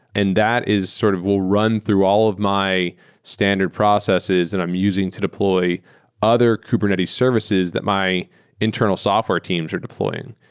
and that is sort of will run through all of my standard processes that and i'm using to deploy other kubernetes services that my internal software teams are deploying.